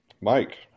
Mike